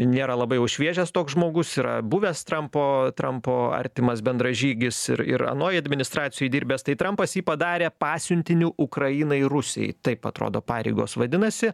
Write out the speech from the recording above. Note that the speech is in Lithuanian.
nėra labai jau šviežias toks žmogus yra buvęs trampo trampo artimas bendražygis ir ir anoj administracijoj dirbęs tai trampas jį padarė pasiuntiniu ukrainai rusijai taip atrodo pareigos vadinasi